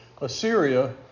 Assyria